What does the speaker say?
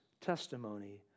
testimony